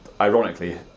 ironically